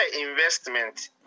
investment